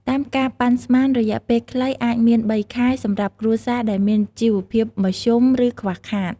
តាមការប៉ានស្មាន រយៈពេលខ្លីអាចមាន ៣ ខែ សម្រាប់គ្រួសារដែលមានជីវភាពមធ្យម ឬខ្វះខាត។